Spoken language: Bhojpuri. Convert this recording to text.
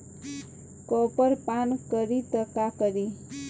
कॉपर पान करी त का करी?